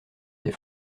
des